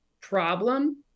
problem